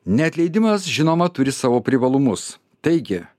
neatleidimas žinoma turi savo privalumus taigi